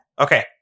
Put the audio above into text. okay